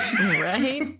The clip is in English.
Right